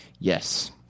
Yes